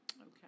Okay